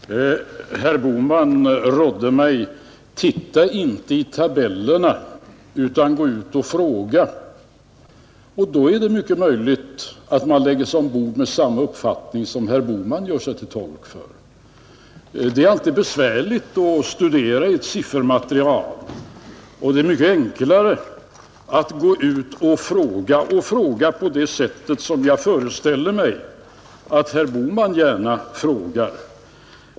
Herr talman! Herr Bohman rådde mig: Titta inte i tabellerna utan gå ut och fråga. Då är det mycket möjligt att man lägger sig ombord med samma uppfattning som herr Bohman gör sig till tolk för. Det är alltid besvärligt att studera ett siffermaterial, och det är mycket enklare att gå ut och fråga och fråga på det sättet som jag föreställer mig att herr Bohman gärna gör.